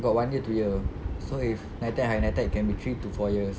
got one year two year so if NITEC higher NITEC can be three to four years